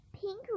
pink